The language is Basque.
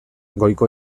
goiko